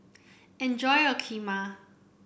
enjoy your Kheema